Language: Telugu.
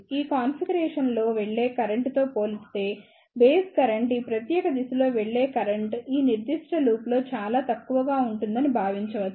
ఈ కాన్ఫిగరేషన్లోవెళ్లే కరెంట్తో పోలిస్తే బేస్ కరెంట్ ఈ ప్రత్యేక దిశలో వెళ్లే కరెంట్ ఈ నిర్దిష్ట లూప్లో చాలా తక్కువగా ఉంటుందని భావించవచ్చు